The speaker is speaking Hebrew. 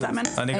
אני גם חושב.